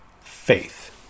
faith